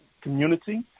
community